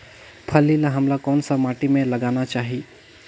फल्ली ल हमला कौन सा माटी मे लगाना चाही?